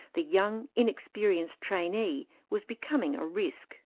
the young, inexperienced trainee was becoming a risk.